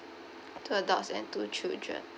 two adults and two children